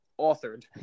authored